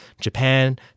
Japan